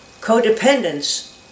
Codependence